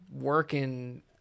working